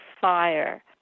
fire